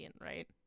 right